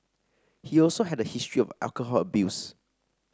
he also had a history of alcohol abuse